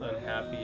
unhappy